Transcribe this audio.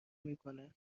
میکنه